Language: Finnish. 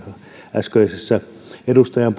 äskeiseen edustajan